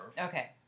Okay